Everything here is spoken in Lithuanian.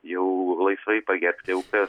jau laisvai pagerbti aukas